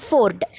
Ford